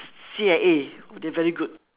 C_I_A they are very good